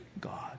God